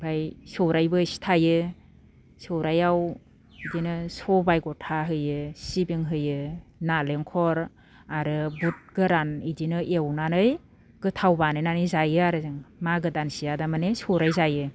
ओमफाय सौराइबो एसे थायो सौराइयाव बिदिनो सबाइ गथा होयो सिबिं होयो नालेंखर आरो बुध गोरान इदिनो एवनानै गोथाव बानायनानै जायो आरो जों मागो दानसेया दामाने सौराइ जायो